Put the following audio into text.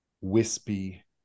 wispy